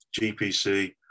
GPC